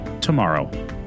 tomorrow